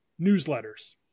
newsletters